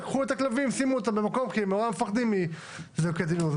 שייקחו את הכלבים כי הם נורא מפחדים מזיקוקי די-נור.